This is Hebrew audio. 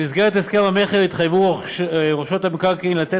במסגרת הסכם המכר התחייבו רוכשות המקרקעין לתת